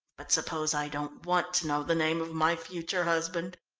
but suppose i don't want to know the name of my future husband?